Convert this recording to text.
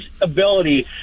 ability